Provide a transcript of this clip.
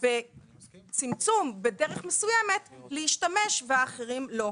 בצמצום בדרך מסוימת להשתמש ואחרים לא.